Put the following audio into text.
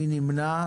מי נמנע?